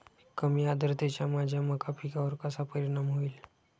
कमी आर्द्रतेचा माझ्या मका पिकावर कसा परिणाम होईल?